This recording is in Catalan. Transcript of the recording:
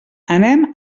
anem